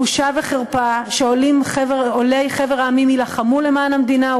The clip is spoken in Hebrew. בושה וחרפה שעולי חבר המדינות יילחמו למען המדינה,